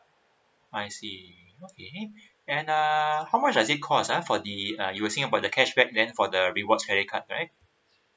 I see okay and uh how much does it cost ah for the uh using about the cashback then for the rewards credit card right